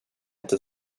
inte